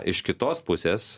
iš kitos pusės